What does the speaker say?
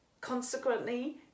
Consequently